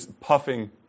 puffing